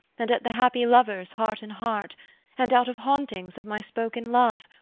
and at the happy lovers heart in heart and out of hauntings of my spoken love,